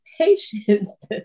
patience